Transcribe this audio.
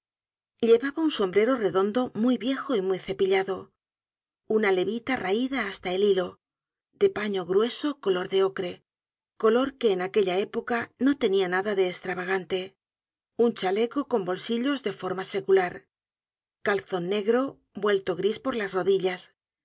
llevaba un sombrero redondo muy viejo y muy cepillado una levita raida hasta el hilo de paño grueso color de ocre color que en aquella época no tenia nada de estravagante un chaleco con bolsillos de forma secular calzon negro vuelto gris por las rodillas